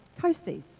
Coasties